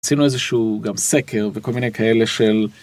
עשינו איזה שהוא גם סקר וכל מיני כאלה של.